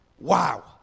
Wow